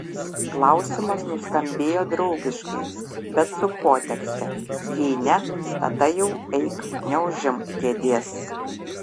klausimas nuskambėjo draugiškai bet su potekste jei ne tada jau eik neužimk kėdės